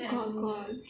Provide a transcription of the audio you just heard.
got got